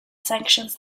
sanctions